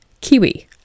Kiwi